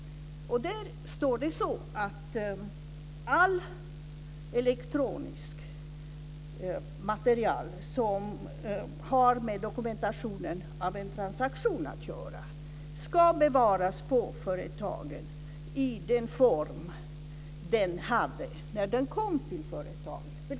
Där står det att allt elektroniskt material som har med dokumentationen av en transaktion att göra ska bevaras på företaget i den form det hade när det kom till företaget.